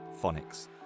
phonics